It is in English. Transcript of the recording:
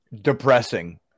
depressing